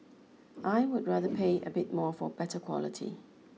I would rather pay a bit more for better quality